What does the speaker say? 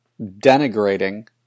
denigrating